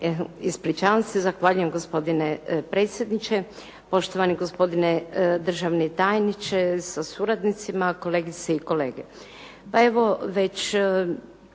Ispričavam se. Zahvaljujem gospodine predsjedniče, poštovani gospodine državni tajniče sa suradnicima, kolegice i kolege.